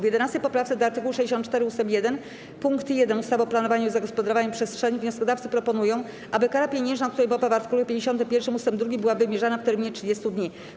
W 11. poprawce do art. 64 ust. 1 pkt 1 ustawy o planowaniu i zagospodarowaniu przestrzennym wnioskodawcy proponują, aby kara pieniężna, o której mowa w art. 51 ust. 2 była wymierzana w terminie 30 dni.